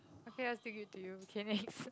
I keep on sticking to you K next